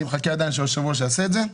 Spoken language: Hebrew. אני מחכה עדיין שהיושב-ראש יעשה את זה.